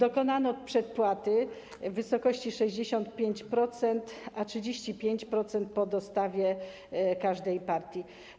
Dokonano przedpłaty w wysokości 65%, a 35% po dostawie każdej partii.